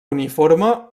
uniforme